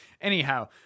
anyhow